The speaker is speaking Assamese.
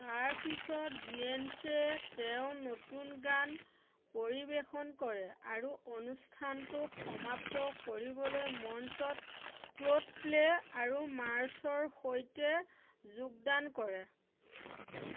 তাৰ পিছত বিয়ঞ্চে তেওঁৰ নতুন গান ফৰ্মেচন পৰিৱেশন কৰে আৰু অনুষ্ঠানটো সমাপ্ত কৰিবলৈ মঞ্চত কোল্ডপ্লে আৰু মাৰ্চৰ সৈতে যোগদান কৰে